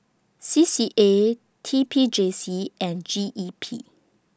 C C A T P J C and G E P